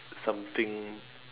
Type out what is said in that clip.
something